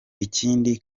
ikindi